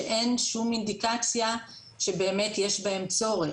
שאין שום אינדיקציה שבאמת יש בהם צורך,